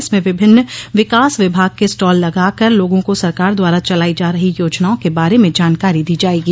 इसमें विभिन्न विकास विभाग के स्टॉल लगाकर लोगों को सरकार द्वारा चलाई जा रही योजनाओं के बारे में जानकारी दी जाएगी